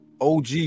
og